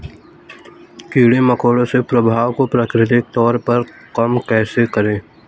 कीड़े मकोड़ों के प्रभाव को प्राकृतिक तौर पर कम कैसे करें?